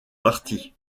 parti